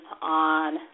on